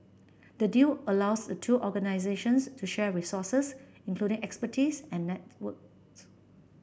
the deal allows the two organisations to share resources including expertise and networks